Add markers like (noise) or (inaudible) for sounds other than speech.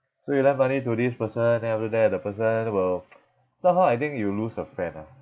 so you lend money to this person then after that the person will (noise) somehow I think you lose a friend ah